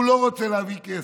הוא לא רוצה להביא כסף,